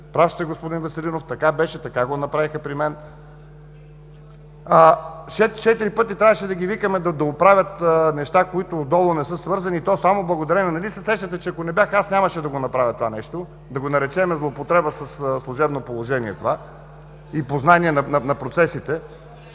Прав сте, господин Веселинов, така беше, така го направиха при мен. Четири пъти трябваше да ги викаме да дооправят неща, които отдолу не са свързани, и то само благодарение на мен. Нали се сещате, че ако не бях аз, нямаше да го направят това нещо, да го наречем „злоупотреба със служебно положение“ и познание на процесите.